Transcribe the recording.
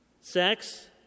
sex